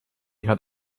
hat